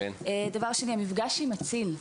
דבר שני, מפגש עם מציל.